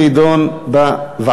התשע"ג 2012,